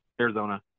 Arizona